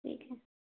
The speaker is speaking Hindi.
ठीक है